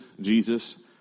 Jesus